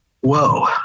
whoa